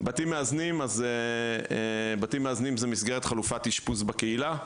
בתים מאזנים זו מסגרת חלופת אשפוז בקהילה.